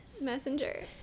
messenger